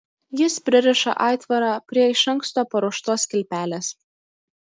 jis pririša aitvarą prie iš anksto paruoštos kilpelės